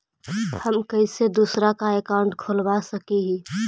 हम कैसे दूसरा का अकाउंट खोलबा सकी ही?